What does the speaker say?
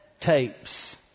tapes